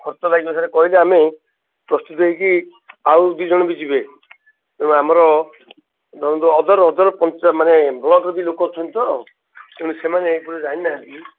ଖର୍ଚ୍ଚ ଲାଗିବ ସେଇଟା କହିଲେ ଆମେ ପ୍ରସ୍ତୁତ ହେଇକି ଆଉ ଦୁଇଜଣ ବି ଯିବେ ତେଣୁ ଆମର ଧରନ୍ତୁ ଅଦର୍ ଅଦର୍ ପଞ୍ଚା ମାନେ ବ୍ଲକ୍ରେ ବି ଲୋକ ଅଛନ୍ତି ତ ତେଣୁ ସେମାନେ ଏହିପରି ଜାଣିନାହାଁନ୍ତି କି